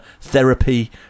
Therapy